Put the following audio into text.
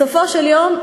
בסופו של יום,